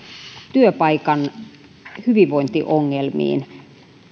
työpaikan hyvinvointiongelmiin